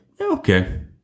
Okay